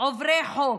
עוברי חוק,